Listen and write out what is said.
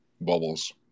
bubbles